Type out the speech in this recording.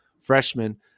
freshman